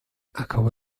acabo